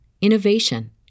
innovation